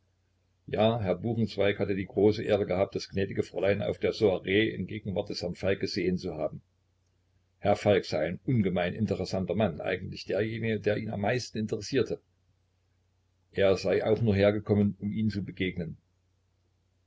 ja herr buchenzweig hatte die große ehre gehabt das gnädige fräulein auf der soire in gegenwart des herrn falk gesehen zu haben herr falk sei ein ungemein interessanter mann eigentlich derjenige der ihn am meisten interessierte er sei auch nur hergekommen um ihm zu begegnen